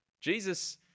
Jesus